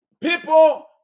people